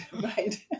right